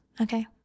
Okay